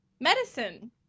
medicine